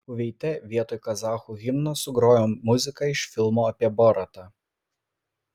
kuveite vietoj kazachų himno sugrojo muziką iš filmo apie boratą